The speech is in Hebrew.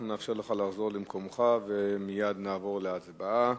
אנחנו נאפשר לך לחזור למקומך, ומייד נעבור להצבעה,